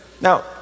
Now